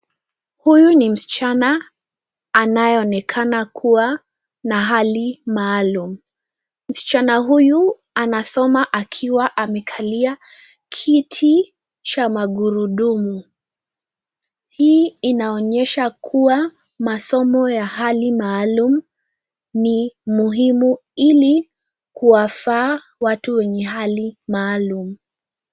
Huyu ni msichana, anayeonekana kuwa na hali maalumu. Msichana huyu anasoma akiwa amekalia kiti cha magurudumu. Hii inaonyesha kuwa masomo ya hali maalumu ni muhimu ili kuwafaa watu wenye hali maalumu.